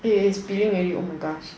eh it is bleeding already eh oh my gosh